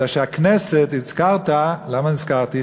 אלא שהכנסת, הזכרת, למה נזכרתי?